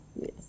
Yes